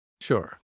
sure